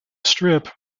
strip